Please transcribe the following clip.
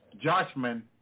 Judgment